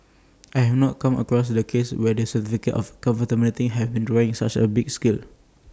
I have not come across any case where the certificate of conformity have been withdrawn on such A big scale